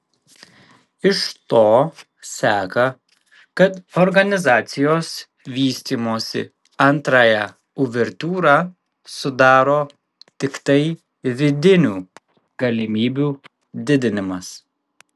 iš to seka kad organizacijos vystymosi antrąją uvertiūrą sudaro tiktai vidinių galimybių didinimas